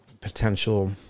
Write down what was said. potential